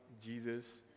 Jesus